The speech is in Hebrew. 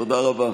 תודה רבה.